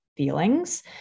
feelings